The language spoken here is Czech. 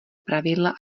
pravidla